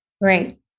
Great